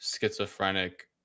schizophrenic